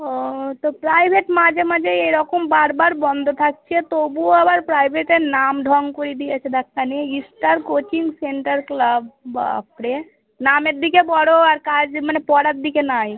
ও তো প্রাইভেট মাঝে মাঝেই এরকম বার বার বন্ধ থাকছে তবুও আবার প্রাইভেটের নাম ঢঙ করি দিয়ে গেছে দেখখানে ইস্টার কোচিং সেন্টার ক্লাব বাপরে নামের দিকে বড়ো আর কাজ মানে পড়ার দিকে নাই